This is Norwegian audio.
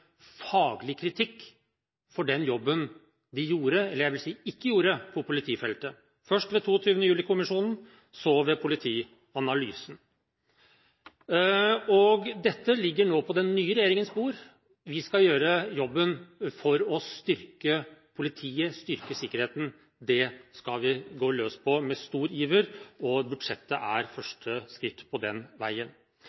faglig kritikk for den jobben de gjorde – eller, jeg vil si, ikke gjorde – på politifeltet, som den avgående regjering: først ved 22. juli-kommisjonen, så ved politianalysen. Dette ligger nå på den nye regjeringens bord. Vi skal gjøre jobben for å styrke politiet, styrke sikkerheten. Det skal vi gå løs på med stor iver, og budsjettet er